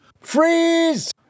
Freeze